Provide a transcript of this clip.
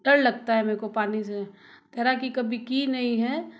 डर लगता है मेरे को पानी से तैराकी कभी की नहीं है